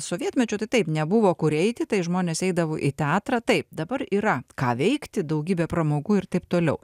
sovietmečiu tai taip nebuvo kur eiti tai žmonės eidavo į teatrą taip dabar yra ką veikti daugybė pramogų ir taip toliau